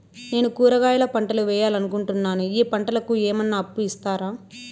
నేను కూరగాయల పంటలు వేయాలనుకుంటున్నాను, ఈ పంటలకు ఏమన్నా అప్పు ఇస్తారా?